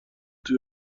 توی